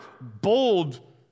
bold